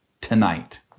tonight